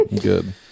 good